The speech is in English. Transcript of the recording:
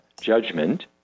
judgment